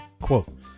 Quote